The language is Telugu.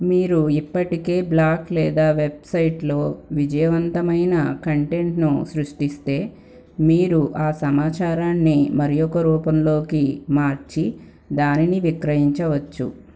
మీరు ఇప్పటికే బ్లాగ్ లేదా వెబ్సైట్లో విజయవంతమైన కంటెంట్ను సృష్టిస్తే మీరు ఆ సమాచారాన్ని మరియొక రూపంలోకి మార్చి దానిని విక్రయించవచ్చు